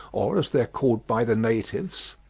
or, as they are called by the natives,